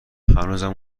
هنوزم